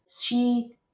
She-